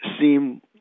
seem